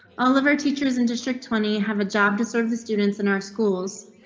oliver teachers in district twenty have a job to sort of the students in our schools,